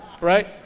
Right